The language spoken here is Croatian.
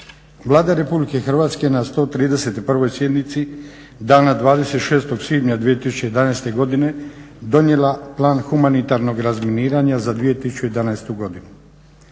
Vlada Republike Hrvatske na 131. sjednici dana 26. svibnja 2011. godine donijela je Plan humanitarnog razminiranja za 2011. godinu.